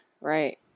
Right